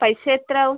പൈസ എത്ര ആവും